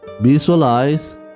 Visualize